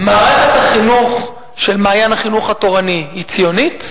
מערכת החינוך של "מעיין החינוך התורני" היא ציונית?